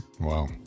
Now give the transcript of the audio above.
Wow